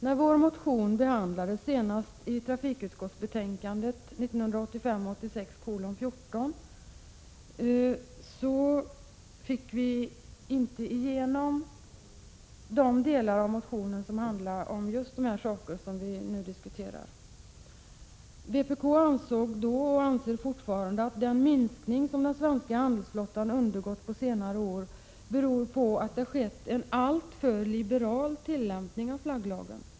När vår motion behandlades senast, i trafikutskottets betänkande 1985/ 86:14, fick vi inte igenom de delar av motionen som handlade om de saker vi nu diskuterar. Vpk ansåg då och anser fortfarande att den minskning som den svenska handelsflottan undergått på senare år beror på att det skett en alltför liberal tillämpning av flagglagen.